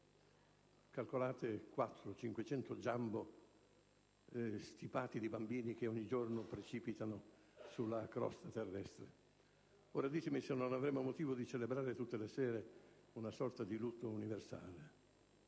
circa 500 *jumbo* stipati di bambini ogni giorno precipitassero sulla crosta terrestre. Ditemi se non avremmo motivo di celebrare tutte le sere una sorta di lutto universale.